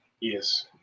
Yes